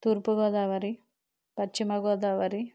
తూర్పు గోదావరి పశ్చిమ గోదావరి